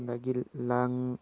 ꯑꯗꯒꯤ ꯂꯪ